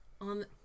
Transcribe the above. on